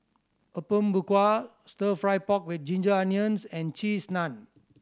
Apom Berkuah Stir Fry pork with ginger onions and Cheese Naan